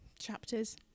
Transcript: chapters